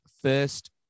first